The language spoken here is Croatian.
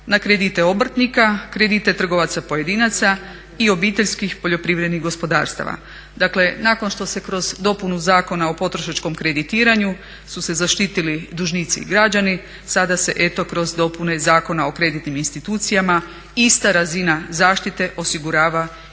na kredite obrtnika, kredite trgovaca pojedinaca i obiteljskih poljoprivrednih gospodarstava. Dakle, nakon što se kroz dopunu Zakona o potrošačkom kreditiranju su se zaštitili dužnici i građani sada se eto kroz dopune Zakona o kreditnim institucijama ista razina zaštite osigurava i